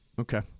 Okay